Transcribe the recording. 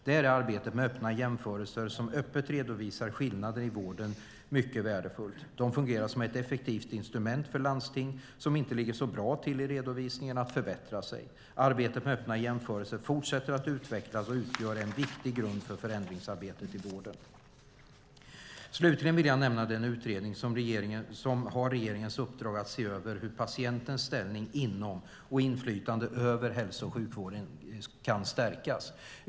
Där är arbetet med öppna jämförelser som öppet redovisar skillnader i vården mycket värdefullt. De fungerar som ett effektivt instrument för landsting som inte ligger så bra till i redovisningen att förbättra sig. Arbetet med öppna jämförelser fortsätter att utvecklas och utgör en viktig grund för förändringsarbetet i vården. Slutligen vill jag nämna den utredning som har regeringens uppdrag att se över hur patientens ställning inom och inflytande över hälso och sjukvården kan stärkas.